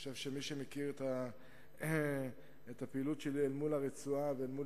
אני חושב שמי שמכיר את הפעילות שלי אל מול הרצועה ואל מול